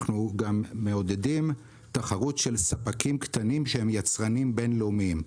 אנחנו גם מעודדים תחרות של ספקים קטנים שהם יצרנים בין לאומיים,